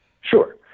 Sure